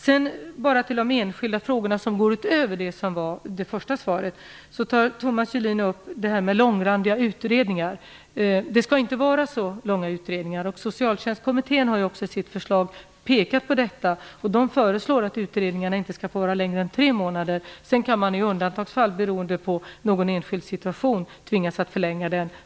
Jag skall något beröra de frågor som går utöver interpellationssvaret. Thomas Julin tog upp de långrandiga utredningarna. De skall inte göras så långa utredningar. Socialtjänstkommittén har i sitt förslag också pekat på detta. De föreslår att utredningarna inte skall få vara längre än tre månader. Sedan kan man i undantagsfall beroende på någon enskild situation tvingas förlänga dem.